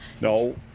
No